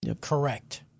correct